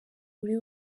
uri